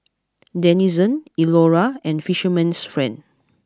Denizen Iora and Fisherman's friend